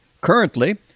Currently